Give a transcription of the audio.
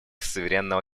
суверенного